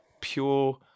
pure